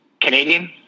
Canadian